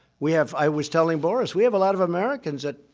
we have i was telling boris, we have a lot of americans that,